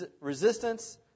resistance